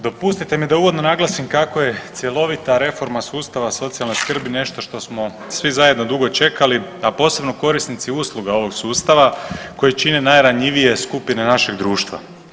Dopustite mi da uvodno naglasim kako je cjelovita reforma sustava socijalne skrbi nešto što smo svi zajedno dugo čekali, a posebno korisnici usluga ovog sustava koji čine najranjivije skupine našeg društva.